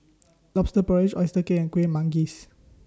Lobster Porridge Oyster Cake and Kueh Manggis